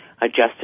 adjusted